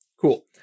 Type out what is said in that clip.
cool